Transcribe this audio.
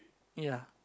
ya